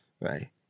right